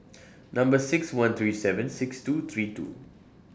Number six one three seven six two three two